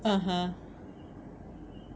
(uh huh)